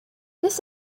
this